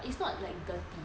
it's not like dirty